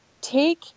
Take